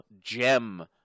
gem